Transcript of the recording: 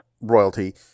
royalty